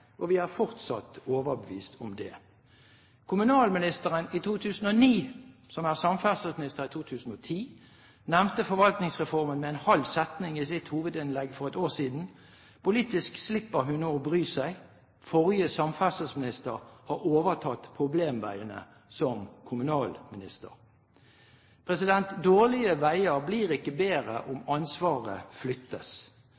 og vi er fortsatt overbevist om det. Kommunalministeren i 2009, som er samferdselsminister i 2010, nevnte Forvaltningsreformen med en halv setning i sitt hovedinnlegg for ett år siden. Politisk slipper hun nå å bry seg. Forrige samferdselsminister har overtatt problemveiene som kommunalminister. Dårlige veier blir ikke bedre om ansvaret flyttes. Dårlige veier blir slett ikke bedre